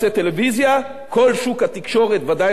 כל שוק התקשורת, ודאי הטלוויזיוני, בקשיים,